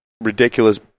Ridiculous